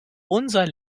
unser